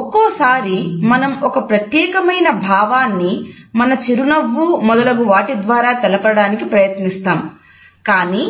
ఒక్కోసారి మనం ఒక ప్రత్యేకమైన భావాన్ని మన చిరునవ్వు మొదలగు వాటి ద్వారా తెలపడానికి ప్రయత్నిస్తాము కానీ